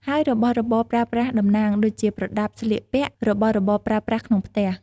ហើយរបស់របរប្រើប្រាស់តំណាង ដូចជា ប្រដាប់ស្លៀកពាក់ របស់របរប្រើប្រាស់ក្នុងផ្ទះ។